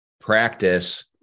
practice